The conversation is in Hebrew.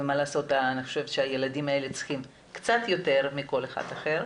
ומה לעשות ,אני חושבת שהילדים האלה צריכים קצת יותר מאשר כל אחד אחר,